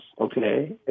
okay